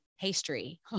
Pastry